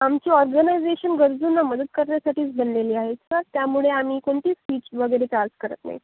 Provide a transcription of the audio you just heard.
आमची ऑर्गनायजेशन गरजूंना मदत करण्यासाठीच बनलेली आहे सर त्यामुळे आम्ही कोणतीच फीच वगैरे चार्ज करत नाही